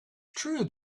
true